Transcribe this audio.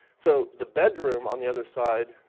so the bedroom on the other side,